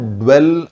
dwell